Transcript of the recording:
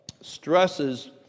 stresses